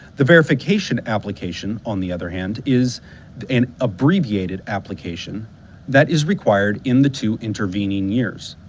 the verification application, on the other hand, is an abbreviated application that is required in the two intervening years.